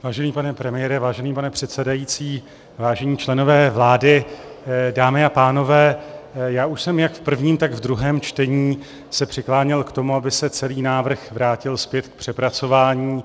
Vážený pane premiére, vážený pane předsedající, vážení členové vlády, dámy a pánové, já už jsem se jak v prvním, tak ve druhém čtení přikláněl k tomu, aby se celý návrh vrátil zpět k přepracování.